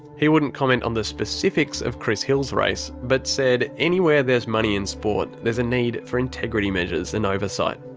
he wouldn't comment on the specifics of chris hill's race, but said anywhere there's money in sport, there's a need for integrity measures and oversight.